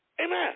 Amen